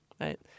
right